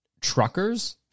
truckers